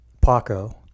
Paco